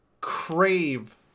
crave